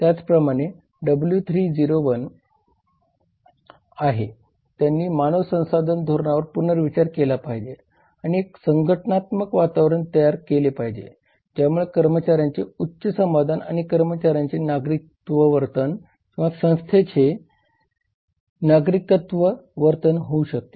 त्याचप्रमाणे W3 O1 आहे त्याने मानव संसाधन धोरणांवर पुनर्विचार केला पाहिजे आणि एक संघटनातम्क वातावरण तयार केले पाहिजे ज्यामुळे कर्मचाऱ्यांचे उच्च समाधान आणि कर्मचाऱ्यांचे नागरिकत्व वर्तन किंवा संस्थेचे नागरिकत्व वर्तन होऊ शकते